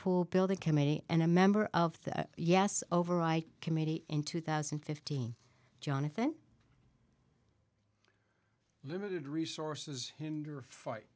pool builder committee and a member of that yes overwrite committee in two thousand and fifteen jonathan limited resources hinder a fight